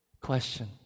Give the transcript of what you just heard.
Question